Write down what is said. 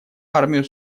армию